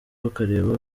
ukareba